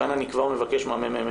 כאן אני כבר מבקש מהממ"מ,